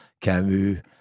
Camus